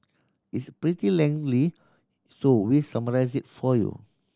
it's pretty lengthy so we summarised it for you